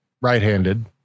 right-handed